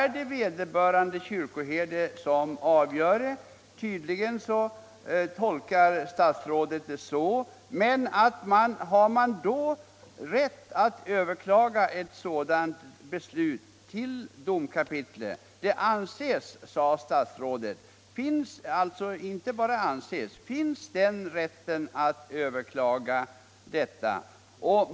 Är det vederbörande kyrkoherde som avgör? Tydligen tolkar statsrådet det så, men har man då rätt att överklaga ett sådant beslut till domkapitlet? Det anses, sade statsrådet, att rätten finns att överklaga detta.